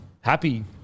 happy